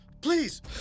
please